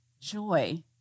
joy